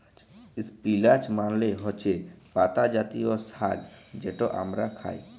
ইস্পিলাচ মালে হছে পাতা জাতীয় সাগ্ যেট আমরা খাই